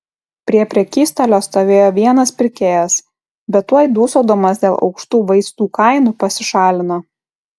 prie prekystalio stovėjo vienas pirkėjas bet tuoj dūsaudamas dėl aukštų vaistų kainų pasišalino